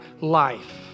life